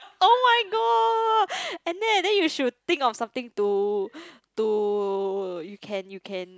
oh-my-god and then and then you should think of something to to you can you can